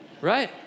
right